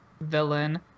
Villain